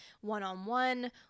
one-on-one